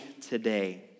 today